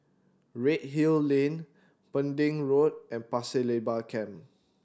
Redhill Lane Pending Road and Pasir Laba Camp